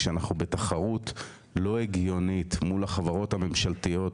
כשאנחנו בתחרות לא הגיונית מול החברות הממשלתיות,